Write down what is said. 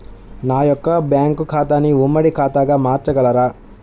నా యొక్క బ్యాంకు ఖాతాని ఉమ్మడి ఖాతాగా మార్చగలరా?